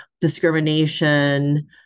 discrimination